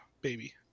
baby